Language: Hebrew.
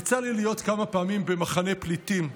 יצא לי להיות כמה פעמים במחנה פליטים,